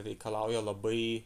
reikalauja labai